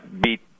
beat